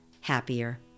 happier